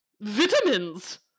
vitamins